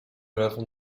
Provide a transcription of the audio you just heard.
l’avons